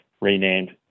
renamed